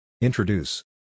Introduce